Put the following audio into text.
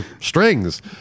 strings